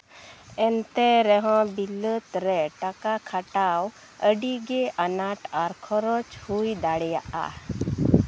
ᱮᱱᱛᱮ ᱨᱮᱦᱚᱸ ᱵᱤᱞᱟᱹᱛ ᱨᱮ ᱴᱟᱠᱟ ᱠᱷᱟᱴᱟᱣ ᱟᱹᱰᱤ ᱜᱮ ᱟᱱᱟᱴ ᱟᱨ ᱠᱷᱚᱨᱚᱪ ᱦᱩᱭ ᱫᱟᱲᱮᱭᱟᱜᱼᱟ